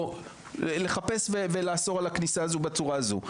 או לחפש ולאסור על הכניסה בצורה הזו,